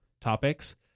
topics